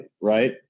right